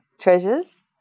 treasures